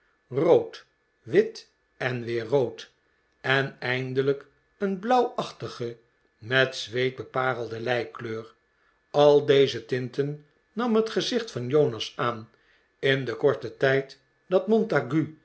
rood wit en weer rood en eindelijk een blauwachtige met zweet beparelde lijkkleur al deze tinten nam het gezicht van jonas aan in den korten tijd dat montague